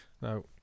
now